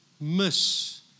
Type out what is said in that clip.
miss